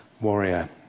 warrior